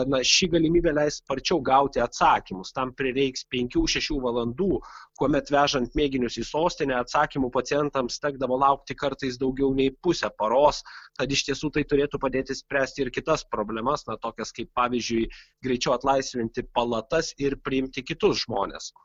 na ši galimybė leis sparčiau gauti atsakymus tam prireiks penkių šešių valandų kuomet vežant mėginius į sostinę atsakymų pacientams tekdavo laukti kartais daugiau nei pusę paros tad iš tiesų tai turėtų padėti išspręsti ir kitas problemas tokias kaip pavyzdžiui greičiau atlaisvinti palatas ir priimti kitus žmones